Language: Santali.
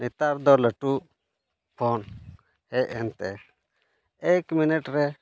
ᱱᱮᱛᱟᱨ ᱫᱚ ᱞᱟᱹᱴᱩ ᱯᱷᱳᱱ ᱦᱮᱡ ᱮᱱᱛᱮ ᱮᱠ ᱢᱤᱱᱤᱴ ᱨᱮ